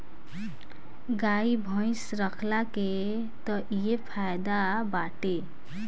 गाई भइस रखला के तअ इहे फायदा बाटे